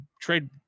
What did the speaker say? trade